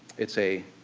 it's a